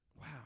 Wow